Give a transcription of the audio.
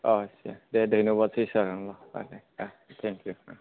औ दे धैनबादसै सार दे थेंकिउ